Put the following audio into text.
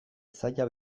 zaila